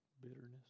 Bitterness